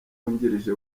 wungirije